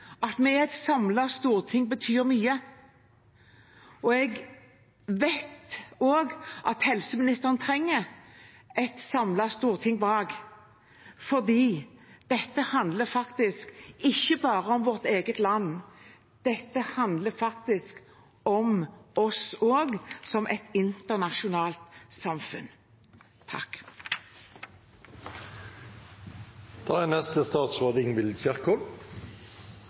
At vi er et samlet storting, betyr mye. Jeg vet også at helseministeren trenger et samlet storting bak seg, for dette handler faktisk ikke bare om vårt eget land, det handler også om oss som et internasjonalt samfunn. Smittevernloven og helseberedskapsloven er